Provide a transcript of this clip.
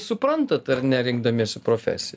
suprantat ar ne rinkdamiesi profesiją